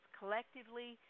collectively